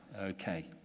Okay